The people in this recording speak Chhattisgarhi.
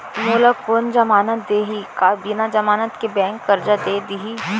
मोला कोन जमानत देहि का बिना जमानत के बैंक करजा दे दिही?